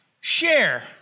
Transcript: share